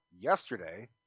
yesterday